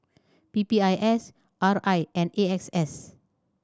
P P I S R I and A X S